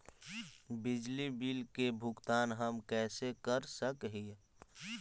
बिजली बिल के भुगतान हम कैसे कर सक हिय?